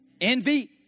Envy